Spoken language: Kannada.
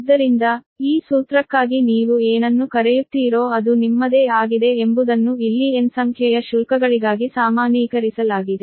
ಆದ್ದರಿಂದ ಈ ಸೂತ್ರಕ್ಕಾಗಿ ನೀವು ಏನನ್ನು ಕರೆಯುತ್ತೀರೋ ಅದು ನಿಮ್ಮದೇ ಆಗಿದೆ ಎಂಬುದನ್ನು ಇಲ್ಲಿ n ಸಂಖ್ಯೆಯ ಶುಲ್ಕಗಳಿಗಾಗಿ ಸಾಮಾನ್ಯೀಕರಿಸಲಾಗಿದೆ